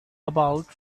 about